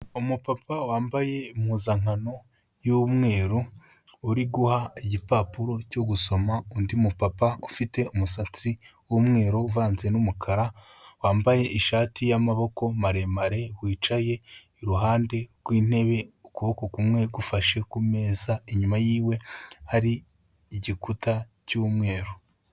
Umupapa wambaye impuzankano y'umweru, uri guha igipapuro cyo gusoma undi mupapa ufite umusatsi w'umweru uvanze n'umukara, wambaye ishati y'amaboko maremare, wicaye iruhande rw'intebe, ukuboko kumwe gufashe ku meza, inyuma yiwe hari igikuta cy'umweru.